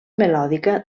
melòdica